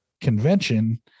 convention